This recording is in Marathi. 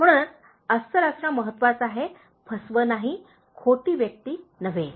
म्हणूनच अस्सल असणे महत्वाचे आहे फसवे नाही खोटी व्यक्ती नव्हे